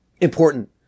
important